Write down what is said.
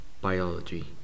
Biology